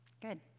Good